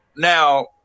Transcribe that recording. Now